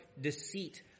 deceit